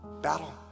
Battle